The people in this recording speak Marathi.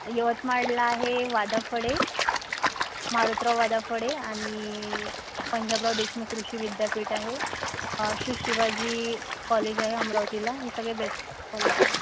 यवतमाडला आहे वादाफडे मारोतराव वादाफडे आणि पंजाबराव देशमुख कृषी विद्यापीठ आहे श्री शिवाजी कॉलेज आहे अमरावतीला हे सगळे बेस्ट कॉलेज आहे